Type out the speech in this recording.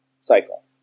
cycle